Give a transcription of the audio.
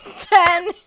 Ten